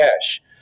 cash